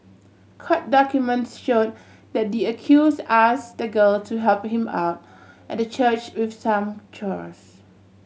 court documents show the D accuse ask the girl to help him out at the church with some chores